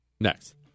Next